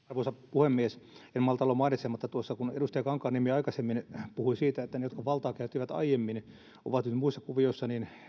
puhemies kun tuossa edustaja kankaanniemi aikaisemmin puhui siitä että ne jotka valtaa käyttivät aiemmin ovat nyt muissa kuvioissa niin en malta olla